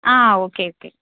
okay okay